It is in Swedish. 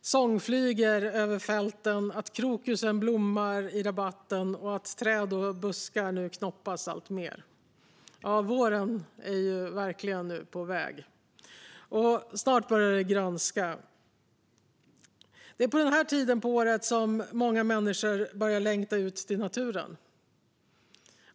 sångflyger över fälten, att krokusen blommar i rabatten och att träd och buskar knoppas allt mer? Våren är verkligen på väg, och snart börjar det grönska. Det är denna tid på året som många människor börjar längta ut till naturen.